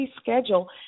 schedule